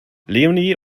leonie